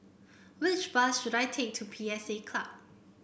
which bus should I take to P S A Club